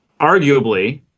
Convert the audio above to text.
Arguably